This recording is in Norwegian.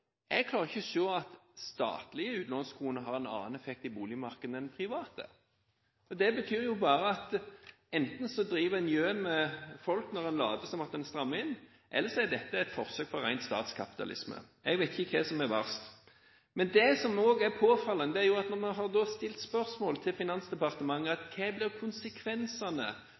annen effekt i boligmarkedet enn private. Det betyr jo bare at enten driver en gjøn med folk når en later som om en strammer inn, eller så er dette et forsøk på ren statskapitalisme. Jeg vet ikke hva som er verst. Men det som også er påfallende, er at når vi har stilt spørsmål til Finansdepartementet om hva konsekvensene blir av at Husbanken får lov til å låne ut mer penger, hva konsekvensene